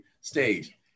stage